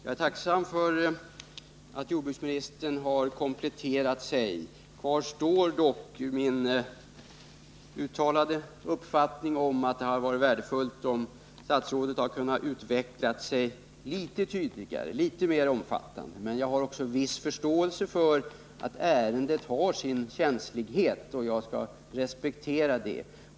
Herr talman! Jag är tacksam för den komplettering som jordbruksministern gjorde. Kvar står dock min uttalade uppfattning att det hade varit värdefullt om statsrådet utvecklat sina synpunkter litet tydligare och litet mera omfattande, men jag har också viss förståelse för att ärendet har sin känslighet, och jag skall respektera det.